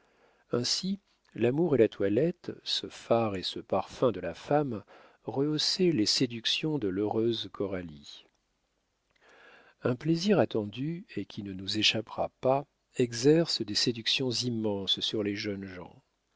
ainsi l'amour et la toilette ce fard et ce parfum de la femme rehaussaient les séductions de l'heureuse coralie un plaisir attendu et qui ne nous échappera pas exerce des séductions immenses sur les jeunes gens